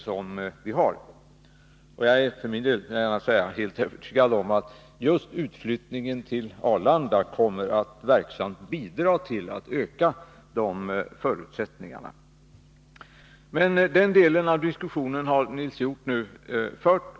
Jag vill gärna framhålla att jag för min del är övertygad om att just utflyttningen till Arlanda kommer att verksamt bidra till att öka de förutsättningarna. Men den diskussionen har Nils Hjorth nyss fört.